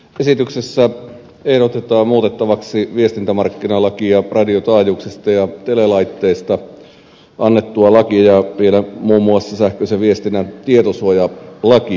esityksessä ehdotetaan muutettavaksi viestintämarkkinalakia radiotaajuuksista ja telelaitteista annettua lakia ja vielä muun muassa sähköisen viestinnän tietosuojalakia